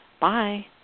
Bye